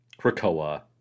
Krakoa